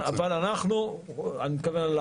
סגן שרת הכלכלה והתעשייה יאיר גולן: כן,